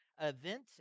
event